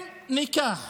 אם ניקח